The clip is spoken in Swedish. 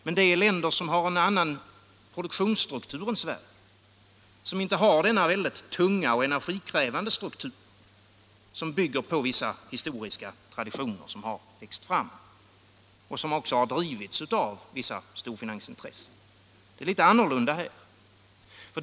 Men dessa länder har en annan produktionsstruktur än Sverige, inte denna väldigt tunga och energikrävande struktur, som bygger på vissa historiska traditioner som har växt fram och som också har drivits av vissa storfinansintressen. Det är litet annorlunda här.